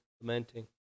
lamenting